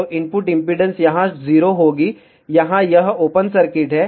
तो input impedance यहां 0 होगी यहां यह ओपन सर्किट है